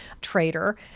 trader